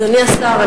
אדוני השר,